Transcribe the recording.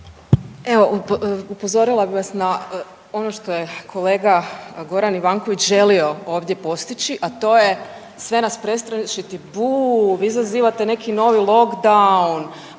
Evo upozorila bih vas ono što je kolega Goran Ivanović želio ovdje postići a to je sve nas prestrašiti, buuu, vi izazivate neki novi lock down,